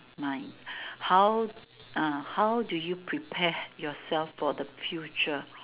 mind how uh how do you prepare yourself for the future